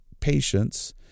patience